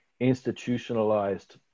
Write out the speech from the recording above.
institutionalized